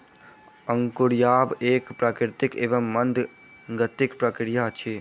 अंकुरायब एक प्राकृतिक एवं मंद गतिक प्रक्रिया अछि